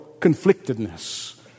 conflictedness